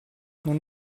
non